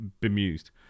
bemused